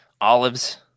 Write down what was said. olives